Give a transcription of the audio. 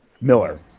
Miller